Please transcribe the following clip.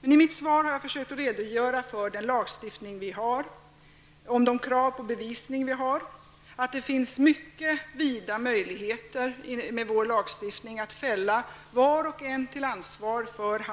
Jag har i mitt svar försökt att redogöra för den lagstiftning vi har, för de krav på bevisning vi har och att det finns mycket vida möjligheter med vår lagstiftning att fälla var och en till ansvar för